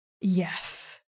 yes